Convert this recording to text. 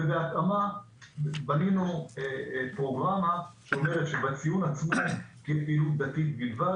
בהתאמה בנינו פרוגרמה שאומרת שבציון עצמו תהיה פעילות דתית בלבד,